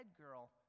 girl